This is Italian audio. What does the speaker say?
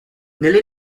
nelle